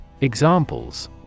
Examples